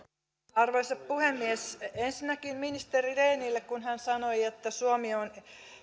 arvoisa puhemies ensinnäkin ministeri rehnille kun hän sanoi että suomi on